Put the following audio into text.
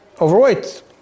overweight